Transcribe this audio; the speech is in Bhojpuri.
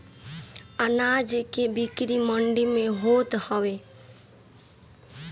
अनाज के बिक्री मंडी में होत हवे